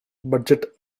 budget